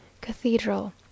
Cathedral